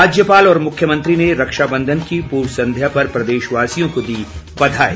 राज्यपाल और मुख्यमंत्री ने रक्षाबंधन की पूर्व संध्या पर प्रदेशवासियों को दी बधाई